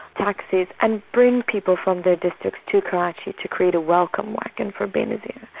taxis and bring people from their districts to karachi to create a welcome like and for benazir.